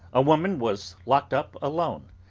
a woman was locked up alone.